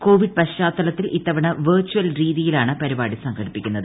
Covid പശ്ചാത്തലത്തിൽ ഇത്തവണ virtual രീതിയിലാണ് പരിപാടി സംഘടിപ്പിക്കുന്നത്